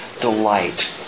delight